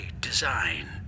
design